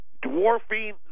Dwarfing